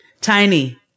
Tiny